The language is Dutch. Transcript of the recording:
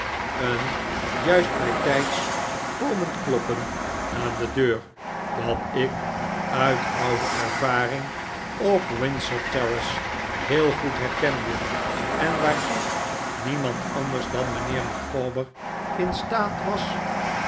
een juist bijtijds komend kloppen aan de deur dat ik uit dude ervaring op windsor terrace heel goed herkende en waartoe niemand anders dan mijnheer micawber in staat was